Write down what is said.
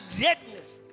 deadness